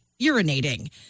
urinating